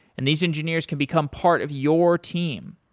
and these engineers can become part of your team.